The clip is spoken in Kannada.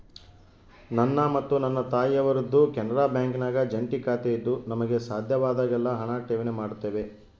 ನನ್ನ ಮತ್ತು ನನ್ನ ತಾಯಿಯವರದ್ದು ಕೆನರಾ ಬ್ಯಾಂಕಿನಾಗ ಜಂಟಿ ಖಾತೆಯಿದ್ದು ನಮಗೆ ಸಾಧ್ಯವಾದಾಗೆಲ್ಲ ಹಣ ಠೇವಣಿ ಮಾಡುತ್ತೇವೆ